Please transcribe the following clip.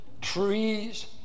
trees